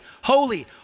holy